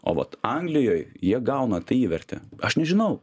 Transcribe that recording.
o vat anglijoje jie gauna tą įvertį aš nežinau